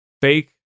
fake